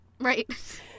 Right